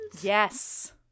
Yes